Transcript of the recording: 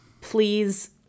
Please